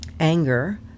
Anger